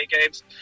games